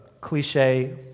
cliche